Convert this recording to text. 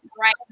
right